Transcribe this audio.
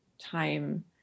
time